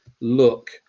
look